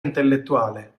intellettuale